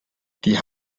die